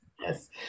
yes